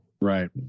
Right